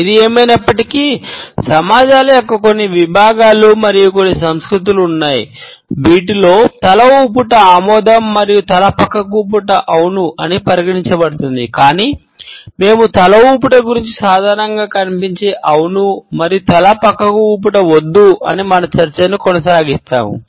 ఏది ఏమయినప్పటికీ సమాజాల యొక్క కొన్ని విభాగాలు మరియు కొన్ని సంస్కృతులు ఉన్నాయి వీటిలో తల ఊపూట ఆమోదం మరియు తల పక్కకు ఊపూట అవును అని పరిగణించబడుతుంది కాని మేము తల ఊపూట గురించి సాధారణంగా కనిపించే అవును మరియు తల పక్కకు ఊపూట వద్దు అని మన చర్చను కొనసాగిస్తాము